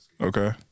okay